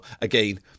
Again